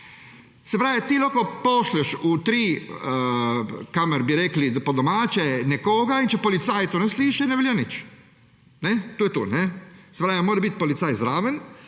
Se pravi, ti lahko pošlješ v tri, kamor bi rekli po domače, nekoga in če policaj tega ne sliši, ne velja nič. To je to. Se pravi, mora biti policaj zraven